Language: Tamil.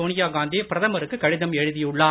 சோனியா காந்தி பிரதமருக்கு கடிதம் எழுதியுள்ளார்